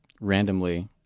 randomly